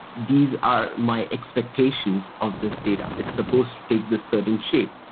these are my expectations of this data. it supposed to take this certain shape.